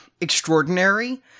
extraordinary